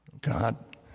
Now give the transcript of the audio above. God